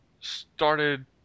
started